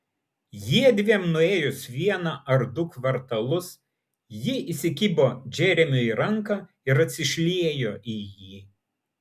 jiedviem nuėjus vieną ar du kvartalus ji įsikibo džeremiui į ranką ir atsišliejo į jį